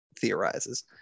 theorizes